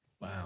Wow